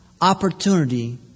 opportunity